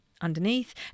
Underneath